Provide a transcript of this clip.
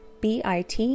bit